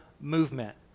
movement